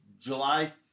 July